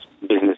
business